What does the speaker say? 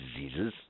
diseases